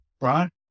right